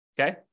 Okay